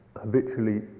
habitually